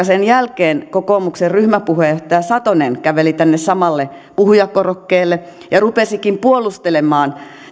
sen jälkeen kokoomuksen ryhmäpuheenjohtaja satonen käveli tälle samalle puhujakorokkeelle ja rupesikin puolustelemaan